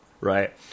right